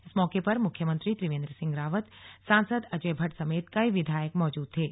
इस मौके पर मुख्यमंत्री त्रिवेंद्र सिंह रावत सांसद अजय भट्ट समेत कई विधायक मौजूद थे